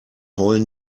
heulen